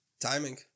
Timing